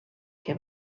que